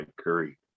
Curry